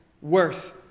worth